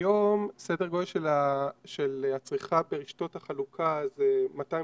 היום סדר גודל של הצריכה ברשתות החלוקה זה 250